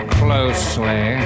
closely